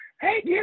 hey